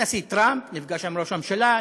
הנשיא טראמפ נפגש עם ראש הממשלה,